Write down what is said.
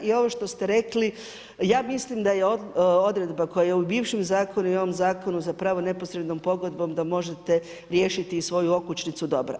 I ovo što ste rekli, ja mislim da je odredba koja je u bivšem zakonu i ovom zakonu zapravo neposrednom pogodbom da možete riješiti svoju okućnicu dobro.